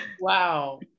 Wow